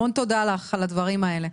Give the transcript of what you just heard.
המון תודה לך על הדברים האלה,